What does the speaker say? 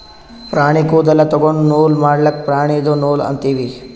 ಪ್ರಾಣಿ ಕೂದಲ ತೊಗೊಂಡು ನೂಲ್ ಮಾಡದ್ಕ್ ಪ್ರಾಣಿದು ನೂಲ್ ಅಂತೀವಿ